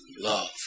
love